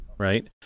Right